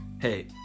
Hey